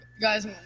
guys